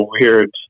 weird